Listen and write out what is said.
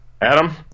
Adam